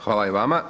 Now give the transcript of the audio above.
Hvala i vama.